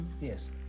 Yes